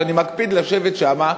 שאני מקפיד לשבת בה,